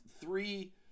three